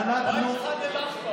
מה עם ח'אן אל-אחמר?